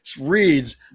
reads